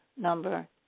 number